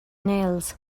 nails